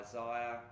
Isaiah